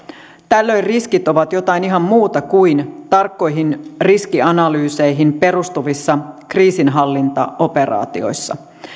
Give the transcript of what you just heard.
tällöin riskit ovat jotain ihan muuta kuin tarkkoihin riskianalyyseihin perustuvissa kriisinhallintaoperaatioissa